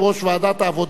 הרווחה והבריאות,